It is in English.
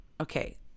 Okay